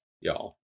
y'all